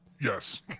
Yes